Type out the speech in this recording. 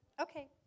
Okay